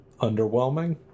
underwhelming